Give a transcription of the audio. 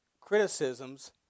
criticisms